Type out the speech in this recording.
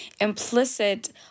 implicit